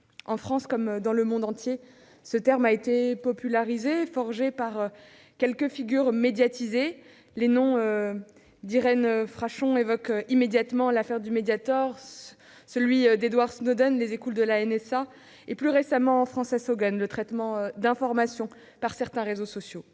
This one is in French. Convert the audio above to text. En France, comme dans le monde entier, ce terme a été popularisé et forgé par quelques figures médiatisées. Le nom d'Irène Frachon évoque immédiatement l'affaire du Médiator, celui d'Edward Snowden, les écoutes de la NSA, et, plus récemment, Frances Haugen, le traitement des informations par certains réseaux sociaux.